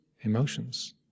emotions